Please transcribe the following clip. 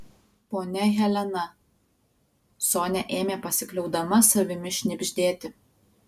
ponia helena sonia ėmė pasikliaudama savimi šnibždėti